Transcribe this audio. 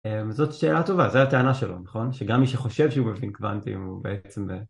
זאת שאלה טובה, זו הייתה הטענה שלו, נכון? שגם מי שחושב שהוא בפינקוונטים הוא בעצם...